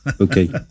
okay